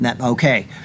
Okay